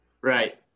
Right